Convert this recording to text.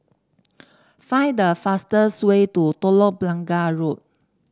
find the fastest way to Telok Blangah Road